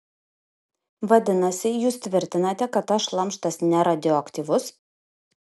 vadinasi jūs tvirtinate kad tas šlamštas neradioaktyvus